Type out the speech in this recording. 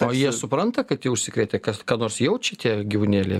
o jie supranta kad jie užsikrėtę ką nors jaučia tie gyvūnėliai